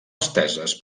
esteses